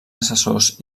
assessors